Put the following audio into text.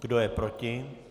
Kdo je proti?